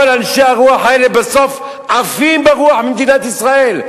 כל אנשי הרוח האלה בסוף עפים ברוח ממדינת ישראל.